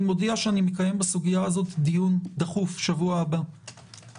אני מודיע שאני מקיים בסוגיה הזאת דיון דחוף בשבוע הבא ואני